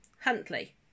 Huntley